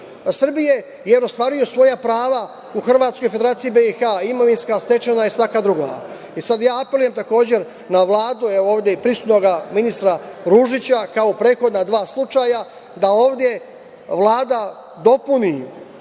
Srbije jer ostvaruju svoja prava u Hrvatskoj i Federaciji BiH, imovinska, stečena i svaka druga. Sada ja apelujem takođe na Vladu i ovde prisutnog ministra Ružića kao prethodna dva slučaja da ovde Vlada dopuni